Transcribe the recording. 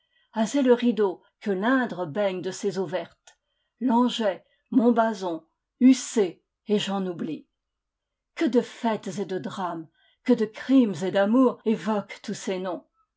azay le rideau que l'indre baigne de ses eaux vertes langeais montbazon ussé et j'en oublie que de fêtes et de drames que de crimes et d'amours évoquent tous ces noms